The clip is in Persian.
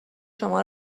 شما